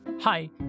Hi